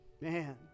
Man